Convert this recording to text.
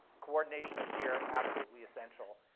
coordination of care absolutely essential.